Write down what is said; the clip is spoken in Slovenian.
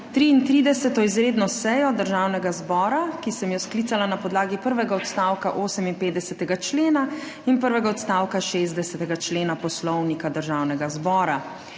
33. izredno sejo Državnega zbora, ki sem jo sklicala na podlagi prvega odstavka 58. člena in prvega odstavka 60. člena Poslovnika Državnega zbora.